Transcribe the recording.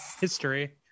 history